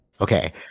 Okay